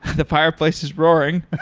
the fireplace is roaring.